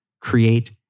create